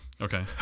Okay